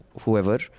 whoever